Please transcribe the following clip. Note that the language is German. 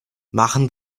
machen